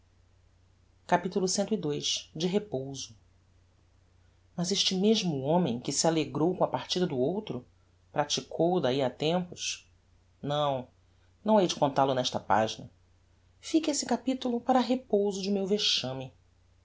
longe capitulo cii de repouso mas este mesmo homem que se alegrou com a partida do outro praticou dahi a tempos não não hei de contal-o nesta pagina fique esse capitulo para repouso do meu vexame